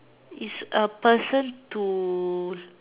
it's a person to